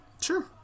Sure